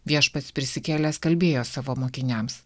viešpats prisikėlęs kalbėjo savo mokiniams